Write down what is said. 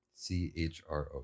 CHRO